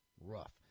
Rough